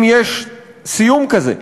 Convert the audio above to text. אם יש סיום כזה,